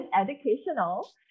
educational